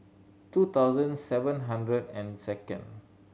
two thousand seven hundred and second